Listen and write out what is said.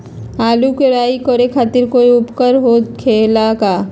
आलू के कोराई करे खातिर कोई उपकरण हो खेला का?